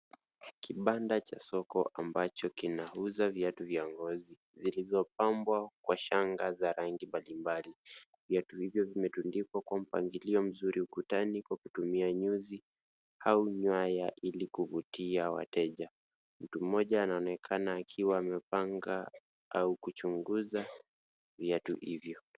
Kibanda cha soko ambacho kinauza viatu vya ngozi zilizopambwa kwa shanga za rangi mbalimbali. Viatu hivyo vimetundikwa kwa mpangilio mzuri ukutani kwa kutumia nyuzi au nyaya ili kuvutia wateja. Mtu mmoja anaonekana akiwa amepanga au kuchunguza viatu hivyo.